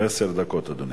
עשר דקות, אדוני.